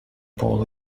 ball